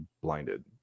blinded